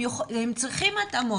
הם צריכים התאמות.